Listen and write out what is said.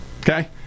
Okay